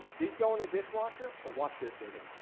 these go in the dishwasher. but watch this, david.